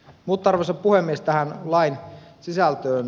mutta arvoisa puhemies tähän lain sisältöön